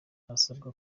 harasabwa